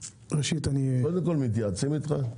קודם כול, מתייעצים איתך?